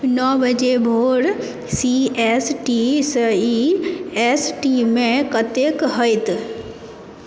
नओ बजे भोर सी एस टी सँ इ एस टी मे कतेक हेतै